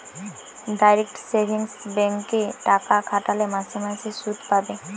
direct savings bank এ টাকা খাটালে মাসে মাসে শুধ পাবে